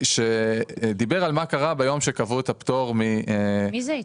הוא דיבר על מה קרה ביום שבו קבעו את הפטור --- מי זה העיתונאי?